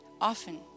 often